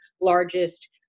largest